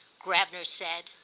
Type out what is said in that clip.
gravener said.